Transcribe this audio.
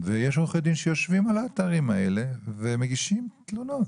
ויש עורכי דין שיושבים על האתרים האלה ומגישים תלונות.